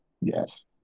Yes